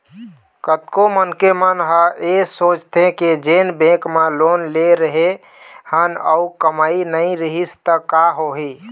कतको मनखे मन ह ऐ सोचथे के जेन बेंक म लोन ले रेहे हन अउ कमई नइ रिहिस त का होही